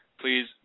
Please